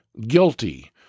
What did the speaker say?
guilty